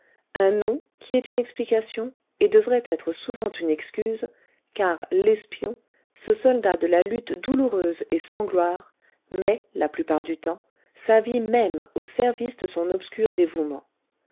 un nom qui est une explication et devrait être souvent une excuse car l'espion ce soldat de la lutte douloureuse et sans gloire met la plupart du temps sa vie même au service de son obscur dévouement